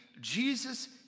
jesus